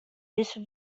dizze